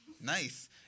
Nice